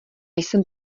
jsem